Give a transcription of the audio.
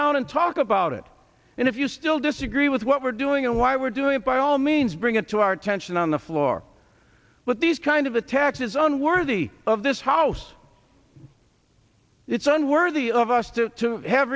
down and talk about it and if you still disagree with what we're doing and why we're doing it by all means bring it to our attention on the floor but these kind of attacks is unworthy of this house it's unworthy of us to have